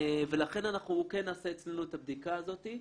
ולכן אנחנו כן נעשה אצלנו את הבדיקה הזאת.